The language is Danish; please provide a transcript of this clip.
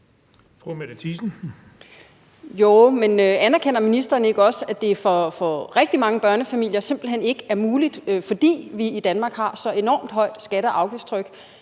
anerkender ministeren ikke også, at det for rigtig mange børnefamilier simpelt hen ikke er muligt, fordi vi i Danmark har så enormt højt skatte- og afgiftstryk?